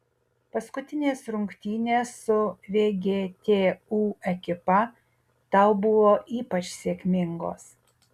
paskutinės rungtynės su vgtu ekipa tau buvo ypač sėkmingos